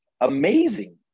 amazing